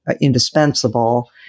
indispensable